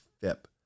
FIP